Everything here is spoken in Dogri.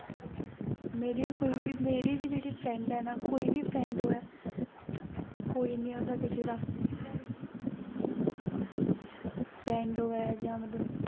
मेरी जेह्ड़ा फ्रैंड ऐ ना कोई बी फ्रैंड ऐ ना कोई निं होंदा कुसै दा फ्रैंड होऐ जां मतलब